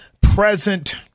present